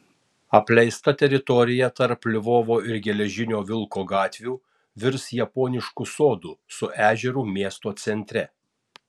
apleista teritorija tarp lvovo ir geležinio vilko gatvių virs japonišku sodu su ežeru miesto centre